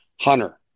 Hunter